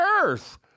earth